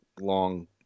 long